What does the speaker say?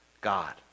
God